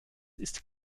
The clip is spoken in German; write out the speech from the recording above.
ist